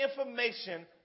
information